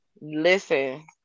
Listen